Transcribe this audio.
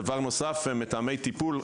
דבר נוסף, מתאמי טיפול.